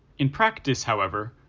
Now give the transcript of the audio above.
in practice, however,